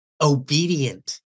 obedient